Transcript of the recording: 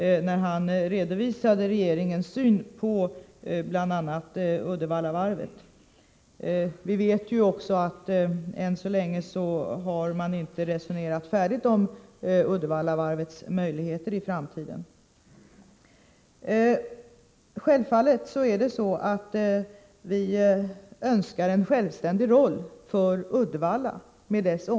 Denne redovisade då regeringens syn på bl.a. Uddevallavarvet. Vi vet också att man ännu så länge inte har resonerat färdigt om Uddevallavarvets möjligheter i framtiden. Självfallet önskar vi en självständig roll för Uddevalla med omnejd.